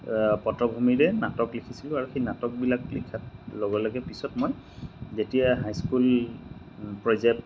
পটভূমিৰে নাটক লিখিছিলোঁ আৰু সেই নাটকবিলাক লিখাৰ লগে লগে পিছত মই যেতিয়া হাইস্কুল পৰ্যায়